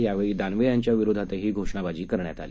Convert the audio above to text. यावेळी दानवे यांच्याविरोधातही घोषणाबाजी करण्यात आली